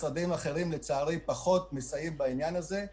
משרדים אחרים לצערי פחות מסייעים בעניין הזה.